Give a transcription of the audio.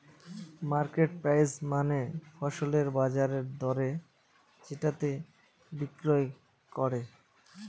market price মানে ফসলের বাজার দরে যেটাতে বিক্রি করে